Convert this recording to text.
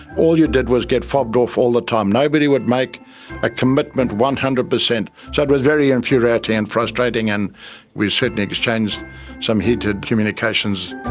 all you did was get fobbed off all the time. nobody would make a commitment one hundred percent, so it was very infuriating and frustrating and we certainly exchanged some heated communications.